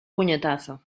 puñetazo